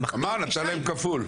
אמרת: תשלם כפול.